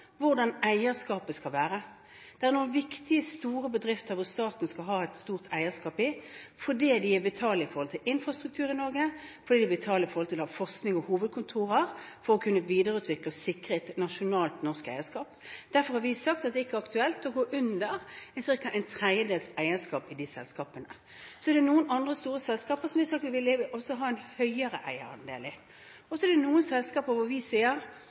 hvordan eierskapet skal være. Det er noen viktige, store bedrifter som staten skal ha et stort eierskap i, fordi de betaler i forhold til infrastruktur i Norge, fordi de betaler i forhold til forskning og å ha hovedkontorer her for å kunne videreutvikle og sikre et nasjonalt norsk eierskap. Derfor har vi sagt at det ikke er aktuelt å gå under ca. en tredjedels eierskap i disse selskapene. Så er det noen andre store selskaper som vi har sagt at vi vil ha en høyere eierandel i. Og så er det for noen selskaper vi sier